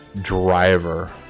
Driver